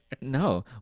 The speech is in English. No